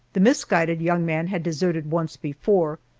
the misguided young man had deserted once before,